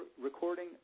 recording